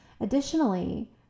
Additionally